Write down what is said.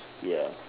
ya